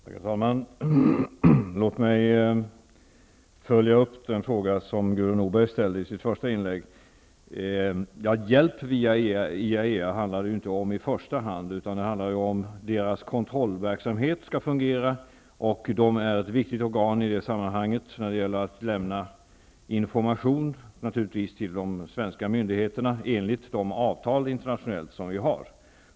Herr talman! Låt mig följa upp en fråga som Gudrun Norberg ställde i sitt första inlägg. Hjälp via IAEA handlar det inte om i första hand, utan det handlar om att IAEA:s kontrollverksamhet skall fungera. IAEA är ett viktigt organ när det gäller att lämna information till de svenska myndigheterna enligt de internationella avtal som vi har.